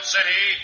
City